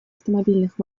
автомобильных